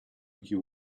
you